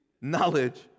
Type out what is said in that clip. knowledge